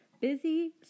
Busy